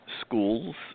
schools